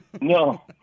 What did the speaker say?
No